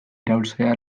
iraulzea